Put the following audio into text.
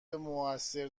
موثر